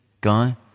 guy